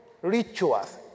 rituals